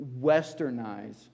westernize